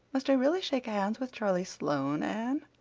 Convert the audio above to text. must i really shake hands with charlie sloane, anne?